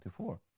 24